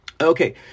okay